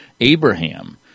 Abraham